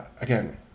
Again